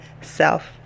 self